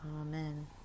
Amen